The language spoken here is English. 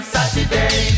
Saturday